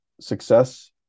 success